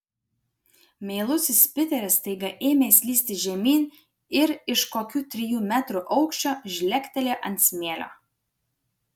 meilusis piteris staiga ėmė slysti žemyn ir iš kokių trijų metrų aukščio žlegtelėjo ant smėlio